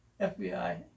FBI